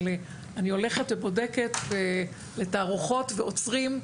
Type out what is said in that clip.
אבל אני הולכת לתערוכות ולאוצרים,